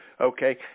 okay